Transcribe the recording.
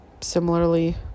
similarly